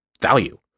value